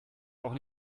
auch